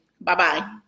Bye-bye